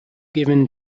given